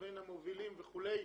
בין המובילים וכו'.